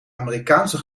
amerikaanse